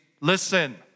listen